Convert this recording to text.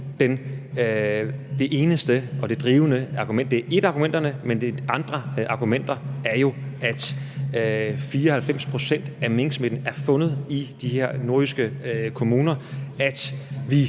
det eneste og det drivende argument. Det er et af argumenterne, men et af de andre argumenter er jo, at 94 pct. af minksmitten er fundet i de her nordjyske kommuner, og at